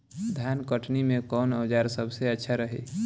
धान कटनी मे कौन औज़ार सबसे अच्छा रही?